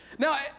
Now